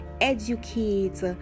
educate